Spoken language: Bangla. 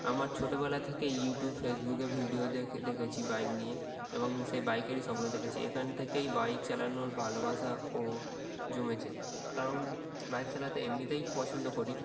আমার ছোটোবেলা থেকেই ইউটিউব ফেসবুকে ভিডিও দেখে দেখেছি বাইক নিয়ে এবং সেই বাইকেরই স্বপ্ন দেখেছি এখান থেকেই বাইক চালানোর ভালোবাসা ও জমেছে কারণ বাইক চালাতে এমনিতেই পছন্দ করি